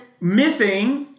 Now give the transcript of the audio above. Missing